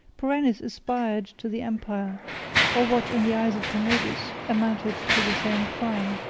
perennis aspired to the empire or what, in the eyes of commodus, amounted to the same crime,